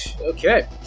Okay